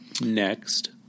next